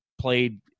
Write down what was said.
played